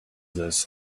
this